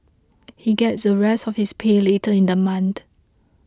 he gets the rest of his pay later in the month